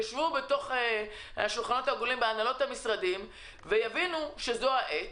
יישבו בהנהלות המשרדים בשולחנות עגולים ויבינו שזו העת